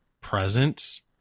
presence